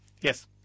Yes